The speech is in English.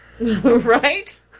Right